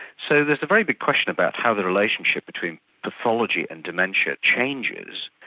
so there's a very big question about how the relationship between pathology and dementia changes,